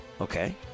Okay